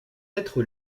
être